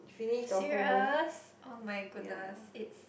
serious oh my goodness it's